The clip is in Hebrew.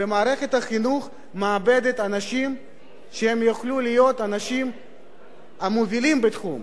ומערכת החינוך מאבדת אנשים שיכולים להיות המובילים בתחום.